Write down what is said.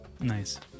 Nice